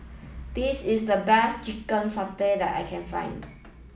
this is the best Chicken Satay that I can find